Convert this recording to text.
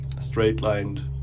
straight-lined